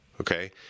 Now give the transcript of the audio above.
Okay